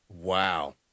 Wow